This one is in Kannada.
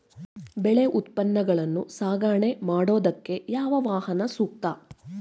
ಬೆಳೆ ಉತ್ಪನ್ನಗಳನ್ನು ಸಾಗಣೆ ಮಾಡೋದಕ್ಕೆ ಯಾವ ವಾಹನ ಸೂಕ್ತ?